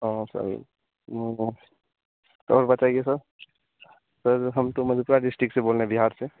तो और बताइए सर सर हम तो मधेपुरा डिस्ट्रिक्ट से बोल रहे हैं बिहार से